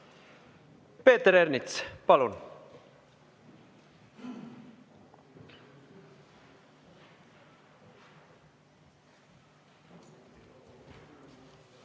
Peeter Ernits, palun!